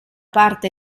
parte